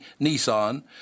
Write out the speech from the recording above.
Nissan